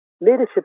Leadership